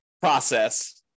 process